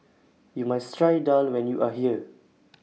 YOU must Try Daal when YOU Are here